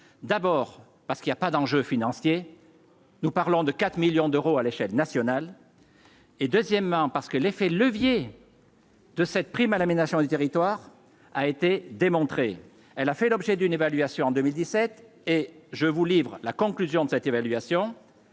d'abord parce qu'il n'y a pas d'enjeu financier. Nous parlons de 4 millions d'euros à l'échelle nationale. Et deuxièmement parce que l'effet levier. De cette prime à l'aménagement du territoire a été démontrée, elle a fait l'objet d'une évaluation en 2017 et je vous livre la conclusion de cette évaluation,